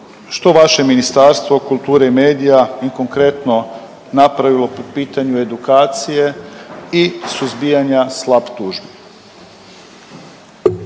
što vaše Ministarstvo kulture i medija je konkretno napravilo po pitanju edukacije i suzbijanja SLAPP tužbi?